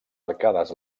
arcades